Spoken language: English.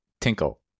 Tinkle